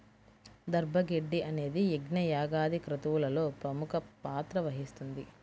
దర్భ గడ్డి అనేది యజ్ఞ, యాగాది క్రతువులలో ప్రముఖ పాత్ర వహిస్తుంది